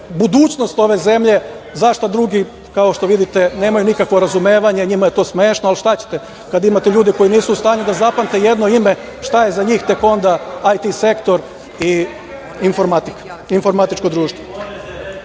budućnost ove zemlje, za šta drugi, kao što vidite, nemaju nikakvo razumevanje. Njima je to smešno, ali šta ćete kada imate ljude koji nisu u stanju da zapamte jedno ime, a šta je za njih tek onda IT sektor i informatičko društvo? Članica